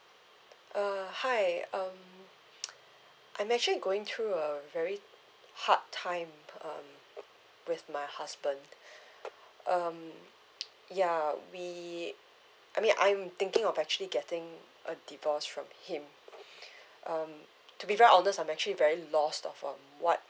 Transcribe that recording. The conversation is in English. uh hi um I'm actually going through a very hard time um with my husband um ya we I mean I'm thinking of actually getting a divorce from him um to be very honest I'm actually very lost of um what